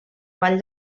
vall